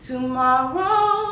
Tomorrow